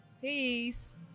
Peace